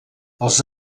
els